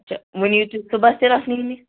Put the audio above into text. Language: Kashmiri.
اَچھا ۅۅنۍ یِیِو تُہۍ صُبحس تیٚلہِ اتھ نِنہِ